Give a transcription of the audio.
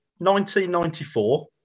1994